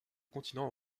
continent